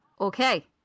okay